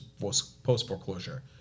post-foreclosure